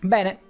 Bene